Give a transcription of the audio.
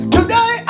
Today